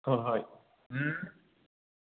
ꯍꯣꯏ ꯍꯣꯏ ꯎꯝ